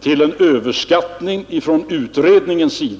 till överskattning från utredningens sida.